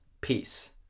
Peace